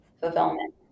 fulfillment